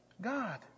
God